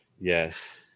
yes